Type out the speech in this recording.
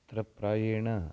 अत्र प्रायेण